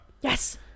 Yes